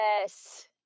Yes